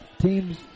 team's